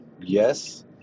yes